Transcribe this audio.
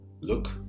Look